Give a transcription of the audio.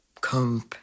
come